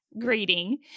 greeting